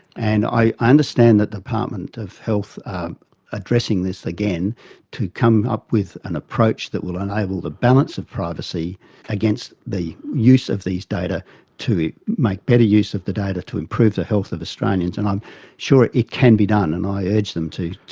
and i understand that the department of health are um addressing this again to come up with an approach that will enable the balance of privacy against the use of these data to make better use of the data to improve the health of australians, and i'm sure it can be done and i urge them to,